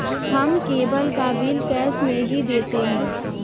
हम केबल का bill cash में ही देते हैं